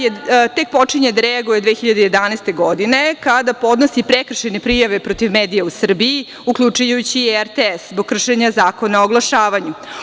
Tek 2011. godine počinje da reaguje RRA, kada podnosi prekršajne prijave protiv medija u Srbiji, uključujući i RTS zbog kršenja Zakona o oglašavanju.